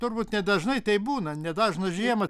turbūt ne dažnai taip būna ne dažną žiemą